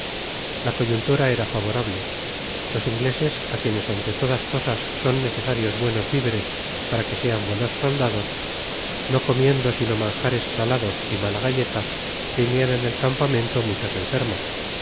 la coyuntura era favorable los ingleses á quienes ante todas cosas son necesarios buenos viveres para que sean buenos soldados no comiendo sino manjares salados y mala galleta tenian en el campamento muchos enfermos